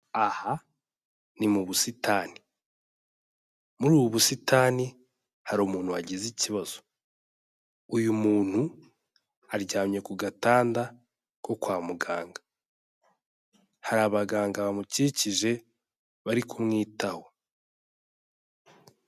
Aha ni mu busitani, muri ubu busitani hari umuntu wagize ikibazo, uyu muntu aryamye ku gatanda ko kwa muganga, hari abaganga bamukikije bari kumwitaho.